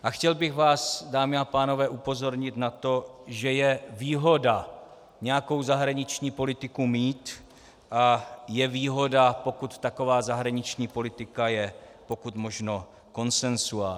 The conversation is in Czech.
A chtěl bych vás, dámy a pánové, upozornit na to, že je výhoda nějakou zahraniční politiku mít a je výhoda, pokud taková zahraniční politika je pokud možno konsensuální.